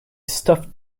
stuffed